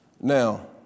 Now